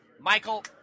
Michael